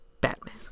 Batman